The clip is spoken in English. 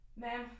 Ma'am